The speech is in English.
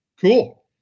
Cool